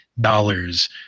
dollars